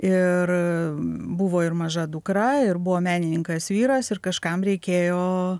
ir buvo ir maža dukra ir buvo menininkas vyras ir kažkam reikėjo